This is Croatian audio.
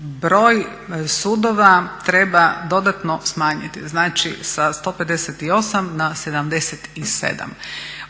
broj sudova treba dodatno smanjiti. Znači sa 158 na 77.